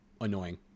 annoying